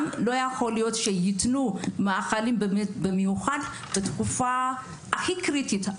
גם לא יכול להיות שייתנו מאכלים כאלה במיוחד בתקופה הכי קריטית,